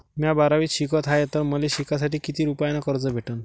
म्या बारावीत शिकत हाय तर मले शिकासाठी किती रुपयान कर्ज भेटन?